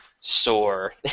sore